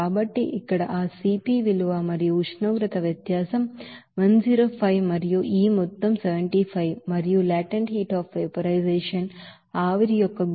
కాబట్టి ఇక్కడ ఆ C p విలువ మరియు ఉష్ణోగ్రత వ్యత్యాసం 105 మరియు E మొత్తం 75 మరియు లేటెంట్ హీట్ అఫ్ వ్యాపారిజాషన్ఆవిరి యొక్క గుప్త వేడి 540 kilocalorie